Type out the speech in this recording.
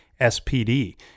spd